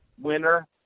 winner